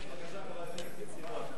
בבקשה, חבר הכנסת בן-סימון.